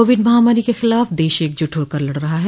Covid महामारी के खिलाफ़ देश एकजुट होकर लड़ रहा है